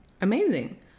Amazing